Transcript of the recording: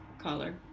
collar